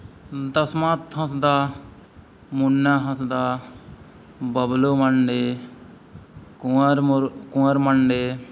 Dasmat Hansda Munna Hansda Bablu Mandi Kuar Kuar Mandi